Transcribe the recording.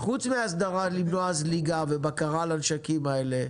חוץ מהסדרה, למנוע זליגה ובקרה על הנשקים האלה,